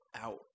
out